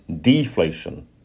deflation